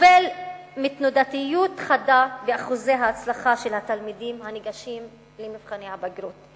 סובל מתנודתיות חדה באחוזי ההצלחה של התלמידים הניגשים לבחינות הבגרות.